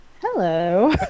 Hello